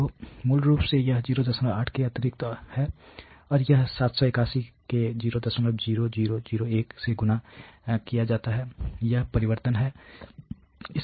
तो मूल रूप से यह 0800 के अतिरिक्त है और यह 781 के 00001 से गुणा किया जाता है यह परिवर्तन है इसलिए 08781 है